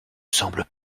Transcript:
semble